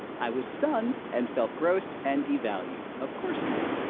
i was stunned and felt gross and devalued. of course you did.